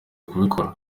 kubikora